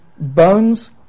bones